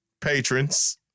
patrons